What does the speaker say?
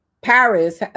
Paris